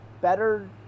better